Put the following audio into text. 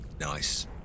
Nice